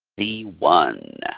the one